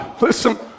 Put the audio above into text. listen